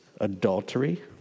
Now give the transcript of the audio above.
adultery